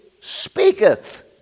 speaketh